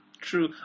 True